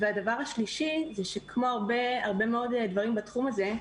הדבר השלישי הוא שכמו הרבה מאוד דברים בתחום הזה,